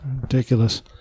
Ridiculous